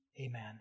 Amen